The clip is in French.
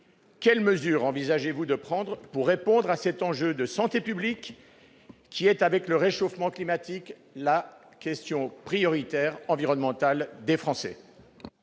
quelles mesures envisagez-vous de prendre pour répondre à cet enjeu de santé publique, qui est, avec le réchauffement climatique, la préoccupation environnementale prioritaire